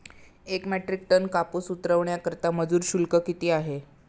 एक metric ton कापूस उतरवण्याकरता मजूर शुल्क किती आहे?